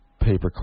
paperclip